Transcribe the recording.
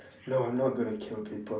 no I'm not gonna kill people